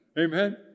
Amen